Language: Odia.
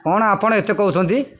କ'ଣ ଆପଣ ଏତେ କହୁଛନ୍ତି